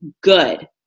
good